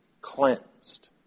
cleansed